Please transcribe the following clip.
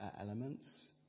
elements